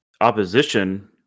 opposition